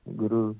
Guru